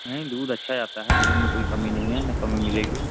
नहीं दूध अच्छा आता है दूध में कोई कमी नहीं है ना कमी मिलेगी